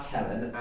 Helen